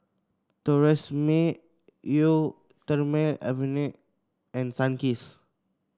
Tresemme Eau Thermale Avene and Sunkist